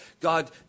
God